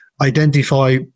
identify